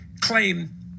claim